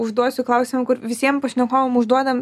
užduosiu klausimą kur visiem pašnekovam užduodam